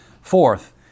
Fourth